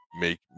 make